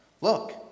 Look